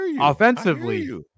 offensively